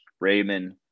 raymond